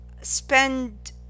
spend